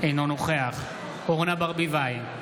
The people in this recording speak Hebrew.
אינו נוכח אורנה ברביבאי,